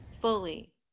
fully